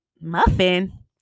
muffin